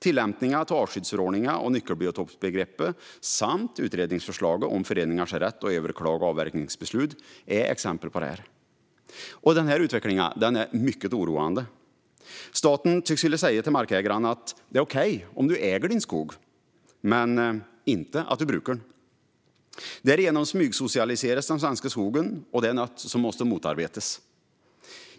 Tillämpningen av artskyddsförordningen och nyckelbiotopsbegreppet samt utredningsförslaget om föreningars rätt att överklaga avverkningsbeslut är exempel på detta. Denna utveckling är mycket oroande. Staten tycks vilja säga till markägarna att det är okej att du äger skog men inte att du brukar den. Därigenom smygsocialiseras den svenska skogen, vilket är något som måste motarbetas.